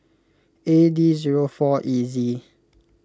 A D zero four E Z